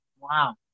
Wow